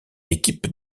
équipe